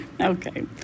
okay